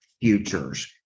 futures